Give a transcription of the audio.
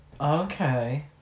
Okay